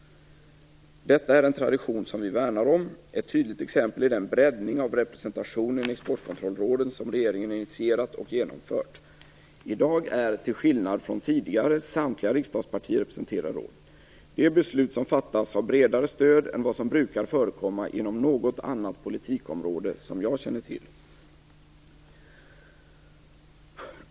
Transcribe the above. Detta är en tradition som vi värnar om. Ett tydligt exempel är den breddning av representationen i Exportkontrollrådet som regeringen initierat och genomfört. I dag är, till skillnad från tidigare, samtliga riksdagspartier representerade i rådet. De beslut som fattas har bredare stöd än vad som brukar förekomma inom något annat politikområde som jag känner till.